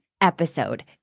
episode